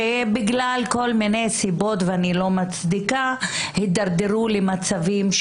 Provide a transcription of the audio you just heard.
שבגלל כל מיני סיבות ואני לא מצדיקה הידרדרו למצבים,